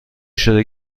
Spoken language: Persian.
شده